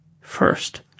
first